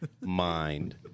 mind